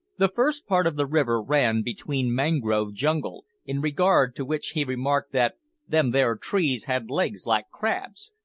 the first part of the river ran between mangrove jungle, in regard to which he remarked that them there trees had legs like crabs,